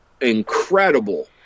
incredible